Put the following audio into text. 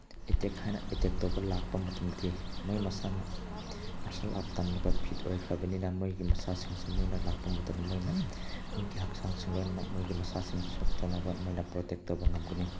attack ꯍꯥꯏꯅ attack ꯇꯧꯕ ꯂꯥꯛꯄ ꯃꯇꯝꯗꯗꯤ ꯃꯣꯏ ꯃꯁꯥꯅ ꯃꯥꯔꯁꯦꯜ ꯑꯥꯔꯠ ꯇꯝꯂꯒ ꯐꯤꯠ ꯑꯣꯏꯈ꯭ꯔꯕꯅꯤꯅ ꯃꯣꯏꯒꯤ ꯃꯁꯥꯁꯤꯡꯁꯤ ꯃꯣꯏꯅ ꯂꯥꯛꯄ ꯃꯇꯝꯗ ꯃꯣꯏꯅ ꯃꯤꯒꯤ ꯍꯛꯆꯥꯡꯁꯤꯡ ꯂꯣꯏꯅꯃꯛ ꯃꯣꯏꯒꯤ ꯃꯁꯥꯁꯤꯡ ꯁꯣꯛꯇꯅꯕ ꯃꯣꯏꯅ ꯄ꯭ꯔꯣꯇꯦꯛ ꯇꯧꯕ ꯉꯝꯒꯅꯤ